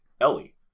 Ellie